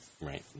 Right